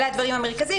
אלה הדברים המרכזיים,